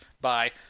Bye